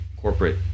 corporate